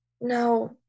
No